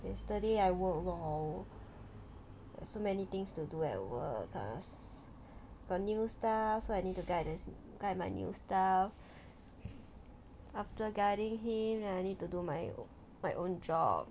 yesterday I work lor there's so many things to do at work cause got new staff so I need to guide the guide my new stuff after guiding him then I need to do my own my own job